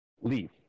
leave